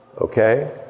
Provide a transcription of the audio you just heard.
Okay